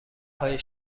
های